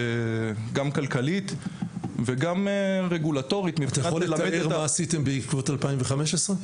גם כלכלית וגם רגולטורית --- אתה יכול לתאר מה עשיתם בעקבות 2015?